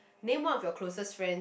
name one of your closest friend